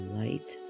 light